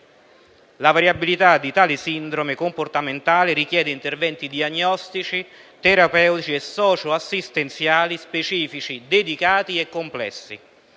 La variabilità di tale sindrome comportamentale richiede interventi diagnostici, terapeutici e socioassistenziali specifici, dedicati e complessi.